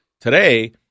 Today